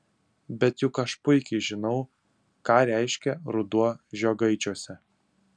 bet juk aš puikiai žinau ką reiškia ruduo žiogaičiuose